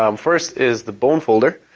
um first is the bonefolder,